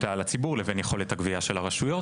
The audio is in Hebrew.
על הציבור לבין יכולת הגבייה של הרשויות,